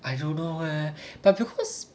I don't know eh but because